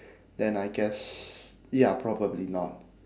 then I guess ya probably not